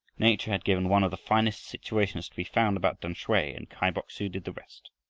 nature had given one of the finest situations to be found about tamsui, and kai bok-su did the rest.